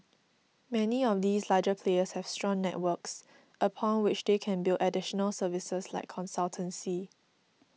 many of these larger players have strong networks upon which they can build additional services like consultancy